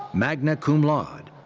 magna cum laude.